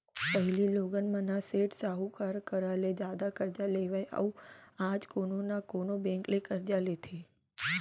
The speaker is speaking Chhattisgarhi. पहिली लोगन मन ह सेठ साहूकार करा ले जादा करजा लेवय अउ आज कोनो न कोनो बेंक ले करजा लेथे